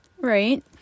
Right